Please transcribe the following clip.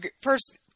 first